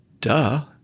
duh